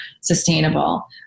sustainable